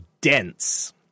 dense